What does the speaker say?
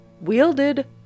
wielded